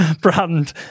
brand